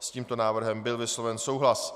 S tímto návrhem byl vysloven souhlas.